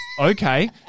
Okay